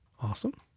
awesome,